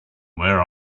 where